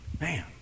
Man